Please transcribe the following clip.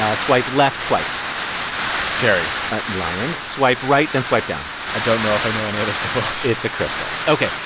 ah swipe left twice cherry but and lion. line swipe right, then swipe down i don't know if i know any other symbols it's a crystal. ok.